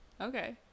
okay